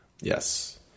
Yes